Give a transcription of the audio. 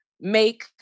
make